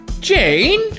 Jane